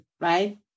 right